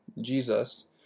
Jesus